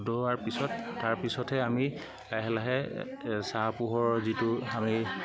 ধোৱাৰ পিছত তাৰ পিছতহে আমি লাহে লাহে ছাঁ পোহৰৰ যিটো আমি